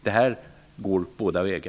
Den här regeln gäller åt båda håll.